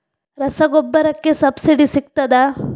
ರಸಗೊಬ್ಬರಕ್ಕೆ ಸಬ್ಸಿಡಿ ಸಿಗ್ತದಾ?